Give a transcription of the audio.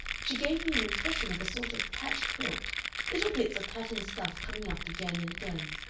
she gave me an impression of a sort of patched quilt little bits of patterned stuff coming up again and again.